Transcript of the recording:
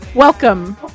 Welcome